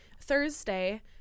Thursday